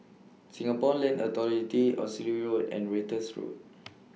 Singapore Land Authority Oxley Road and Ratus Road